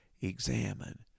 examine